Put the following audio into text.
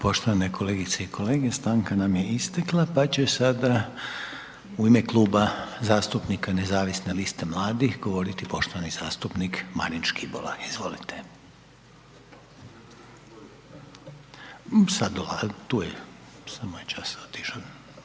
poštovane kolegice i kolege, stanka nam je istekla, pa će sada u ime Kluba zastupnika nezavisne liste mladih govoriti poštovani zastupnik Marin Škibola, izvolite. **Škibola, Marin (Nezavisni)**